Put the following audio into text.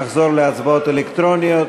נחזור להצבעות אלקטרוניות.